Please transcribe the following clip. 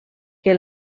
que